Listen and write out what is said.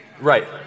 Right